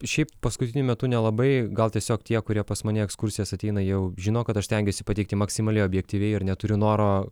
šiaip paskutiniu metu nelabai gal tiesiog tie kurie pas mane į ekskursijas ateina jau žino kad aš stengiuosi pateikti maksimaliai objektyviai ir neturiu noro